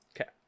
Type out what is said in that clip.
okay